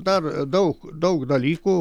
dar daug daug dalykų